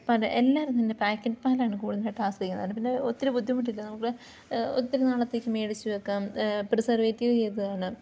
പാല് എല്ലാവരും തന്നെ പാക്കറ്റ് പാലാണ് കൂടുതലായിട്ടാശ്രയിക്കുന്നത് കാരണം പിന്നെ ഒത്തിരി ബുദ്ധിമുട്ടില്ല നമുക്ക് ഒത്തിരി നാളത്തേക്ക് മേടിച്ചു വെക്കാം പ്രിസർവേറ്റീവ് ചെയ്തതാണ്